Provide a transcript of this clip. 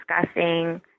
discussing